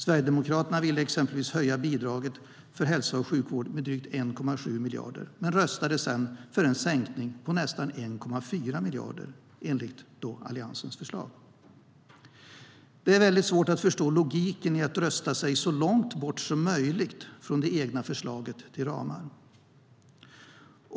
Sverigedemokraterna ville exempelvis höja bidraget för hälsa och sjukvård med drygt 1,7 miljarder men röstade sedan för en sänkning på nästan 1,4 miljarder enligt Alliansens förslag. Det är väldigt svårt att förstå logiken i att rösta sig så långt bort som möjligt från det egna förslaget till ramar.